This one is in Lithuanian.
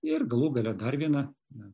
ir galų gale dar viena na